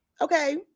Okay